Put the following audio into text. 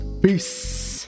Peace